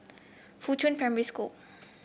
Fuchun Primary School